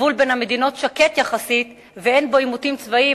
הגבול בין המדינות שקט יחסית ואין בו עימותים צבאיים,